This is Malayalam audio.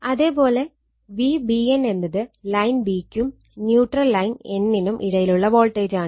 അതേ പോലെ Vbn എന്നത് ലൈൻ b ക്കും ന്യൂട്രൽ ലൈൻ n നും ഇടയിലുള്ള വോൾട്ടേജാണ്